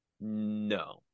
No